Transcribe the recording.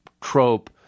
trope